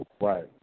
Right